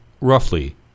roughly